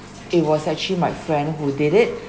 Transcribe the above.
it was actually my friend who did it